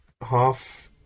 half